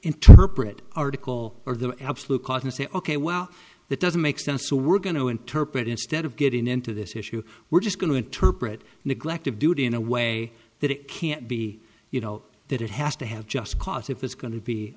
interpret article or the absolute cause and say ok well that doesn't make sense so we're going to interpret instead of getting into this issue we're just going to interpret neglect of duty in a way that it can't be you know that it has to have just cause if it's go